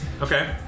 Okay